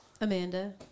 Amanda